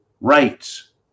rights